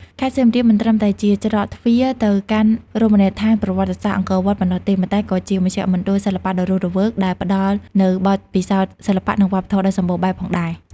ខេត្តសៀមរាបមិនត្រឹមតែជាច្រកទ្វារទៅកាន់រមណីយដ្ឋានប្រវត្តិសាស្ត្រអង្គរវត្តប៉ុណ្ណោះទេ ប៉ុន្តែក៏ជាមជ្ឈមណ្ឌលសិល្បៈដ៏រស់រវើក ដែលផ្តល់នូវបទពិសោធន៍សិល្បៈ និងវប្បធម៌ដ៏សម្បូរបែបផងដែរ។